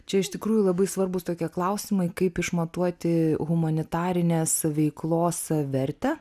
čia iš tikrųjų labai svarbūs tokie klausimai kaip išmatuoti humanitarinės veiklos vertę